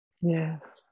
Yes